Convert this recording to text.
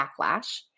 backlash